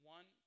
One